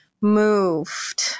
moved